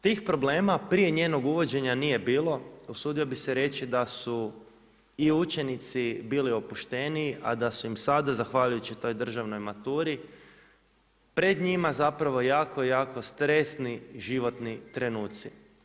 Tih problema prije njenog uvođenja nije bilo, usudio bih se reći da su i učenici bili opušteniji a da su im sada, zahvaljujući toj državnoj maturi, pred njima zapravo jako, jako stresni životni trenutci.